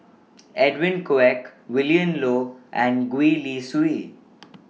Edwin Koek Willin Low and Gwee Li Sui